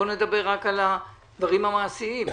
בוא נדבר על הדברים המעשיים.